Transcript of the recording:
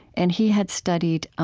and he has studied,